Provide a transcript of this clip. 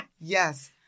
Yes